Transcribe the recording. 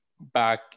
back